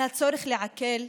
על הצורך לעכל,